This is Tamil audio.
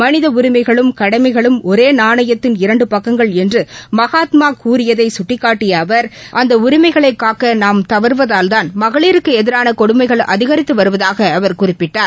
மனித உரிஎமகளும் கடனமகளும் ஒரே நாணயத்தின் இரண்டு பக்கங்கள் என்று மகாத்மாகாந்தி கூறியதை சுட்டிக்காட்டிய அவர் அந்த உரிமைகளை காக்க நாம் தவறுவதால்தான் மகளிருக்கு எதிரான கொடுமைகள் அதிகரிக்கின்றன என்று குறிப்பிட்டார்